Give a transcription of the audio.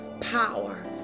power